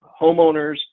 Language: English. homeowners